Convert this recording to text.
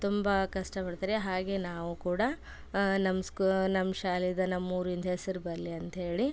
ತುಂಬ ಕಷ್ಟಪಡ್ತಾರೆ ಹಾಗೆ ನಾವೂ ಕೂಡ ನಮ್ಮ ಸ್ಕೂ ನಮ್ಮ ಶಾಲೆದು ನಮ್ಮ ಊರಿಂದು ಹೆಸ್ರು ಬರಲಿ ಅಂತ ಹೇಳಿ